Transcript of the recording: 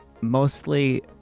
mostly